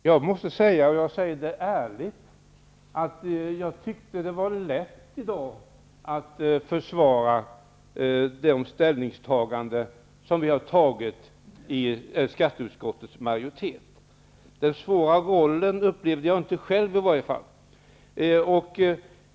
Herr talman! Jag måste säga, och jag säger det ärligt: Jag tyckte att det var lätt att i dag försvara de ställningstaganden som skatteutskottets majoritet har gjort. Att det skulle vara en svår roll upplevde jag inte själv i varje fall.